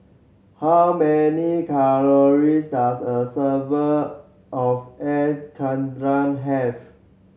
how many calories does a serve of Air Karthira have